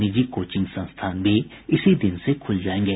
निजी कोचिंग संस्थान भी इसी दिन से खुल जायेंगे